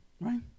right